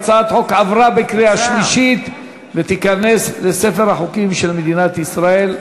הצעת החוק עברה בקריאה שלישית ותיכנס לספר החוקים של מדינת ישראל.